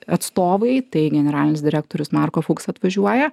atstovai tai generalinis direktorius marko fuks atvažiuoja